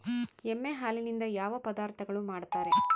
ಎಮ್ಮೆ ಹಾಲಿನಿಂದ ಯಾವ ಯಾವ ಪದಾರ್ಥಗಳು ಮಾಡ್ತಾರೆ?